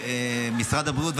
של משרד הבריאות.